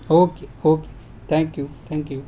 okay okay thank you thank you